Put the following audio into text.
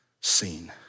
seen